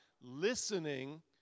listening